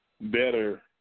better